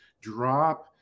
drop